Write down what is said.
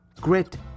Grit